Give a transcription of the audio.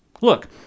Look